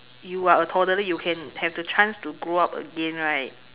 you are a toddler you can have the chance to grow up again right